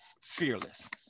fearless